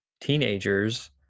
teenagers